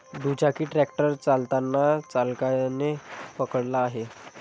दुचाकी ट्रॅक्टर चालताना चालकाने पकडला आहे